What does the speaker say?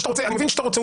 אני מבין שאתה רוצה,